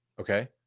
Okay